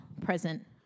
present